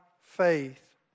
faith